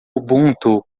ubuntu